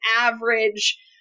average